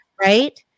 right